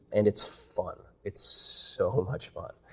and it's fun. it's so much fun,